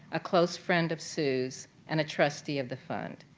a close friend of sue's and trustee of the fund.